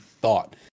thought